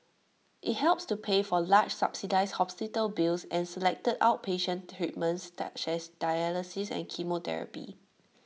IT helps to pay for large subsidised hospital bills and selected outpatient treatments such as dialysis and chemotherapy